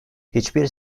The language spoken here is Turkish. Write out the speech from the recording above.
hiçbir